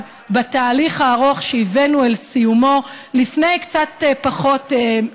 בתהליך הארוך שהבאנו אל סיומו לפני כשנה.